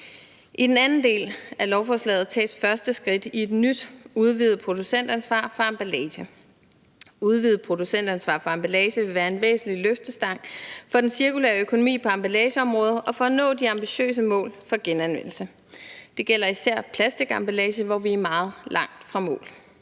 I den anden del af lovforslaget tages det første skridt i et nyt udvidet producentansvar for emballage. Udvidet producentansvar for emballage vil være en væsentlig løftestang for den cirkulære økonomi på emballageområdet og for at nå de ambitiøse mål for genanvendelse. Det gælder især plastemballage, hvor vi er meget langt fra mål.